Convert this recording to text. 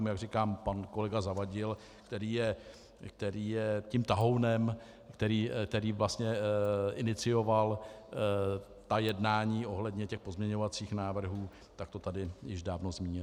Jak říkám, pan kolega Zavadil, který je tím tahounem, který vlastně inicioval jednání ohledně pozměňovacích návrhů, tak to tady již dávno zmínil.